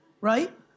right